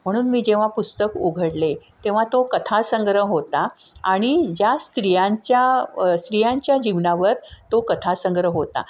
म्हणून मी जेव्हा पुस्तक उघडले तेव्हा तो कथा संग्रह होता आणि ज्या स्त्रियांच्या स्त्रियांच्या जीवनावर तो कथा संग्रह होता